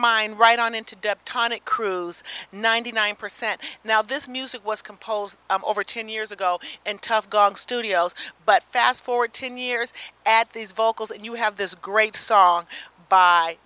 mind right on into depth tonic cruise ninety nine percent now this music was composed over ten years ago and tough gong studios but fast forward ten years at these vocals and you have this great song by